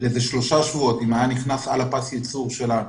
לשלושה שבועות, אם הייתה נכנסת על פס הייצור שלנו.